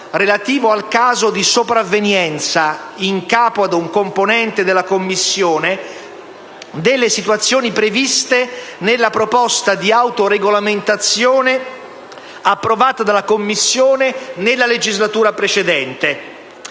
relativa al caso di soppravvenienza, in capo ad un componente della Commissione, delle situazioni previste nella proposta di autoregolamentazione approvata dalla Commissione nella legislatura precedente,